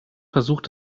versucht